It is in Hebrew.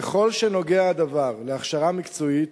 ככל שהדבר נוגע בהכשרה מקצועית,